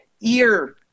ear